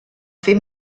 fer